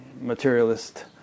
materialist